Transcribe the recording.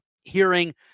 hearing